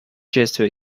gesture